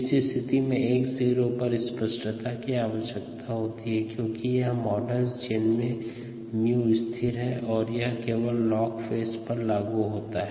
इस स्थिति में x0 पर स्पष्टता की आवश्यकता होती है क्योंकि यह मॉडल जिसमे 𝜇 स्थिर है और यह केवल लॉग फेज पर लागू होता है